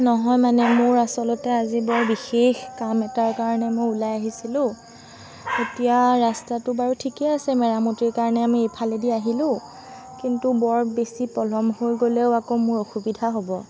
নহয় মানে মোৰ আচলতে আজি বৰ বিশেষ কাম এটাৰ কাৰণে মই ওলাই অহিছিলোঁ এতিয়া ৰাস্তাটো বাৰু ঠিকেই আছে মেৰামতিৰ কাৰণে আমি ইফালেদি আহিলোঁ কিন্তু বৰ বেছি পলম হৈ গ'লেও আকৌ মোৰ অসুবিধা হ'ব